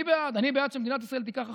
אני בעד, אני בעד שמדינת ישראל תיקח אחריות.